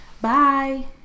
Bye